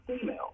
female